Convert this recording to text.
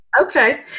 okay